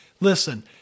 Listen